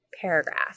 paragraph